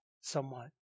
somewhat